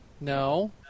No